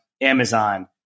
Amazon